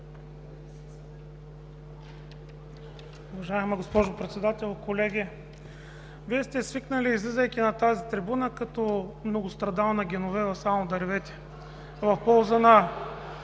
в полза на